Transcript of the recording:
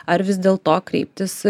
ar vis dėl to kreiptis